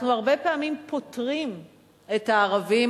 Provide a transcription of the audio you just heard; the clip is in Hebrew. אנחנו הרבה פעמים פוטרים את הערבים,